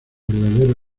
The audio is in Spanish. verdadero